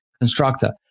constructor